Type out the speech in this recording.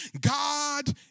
God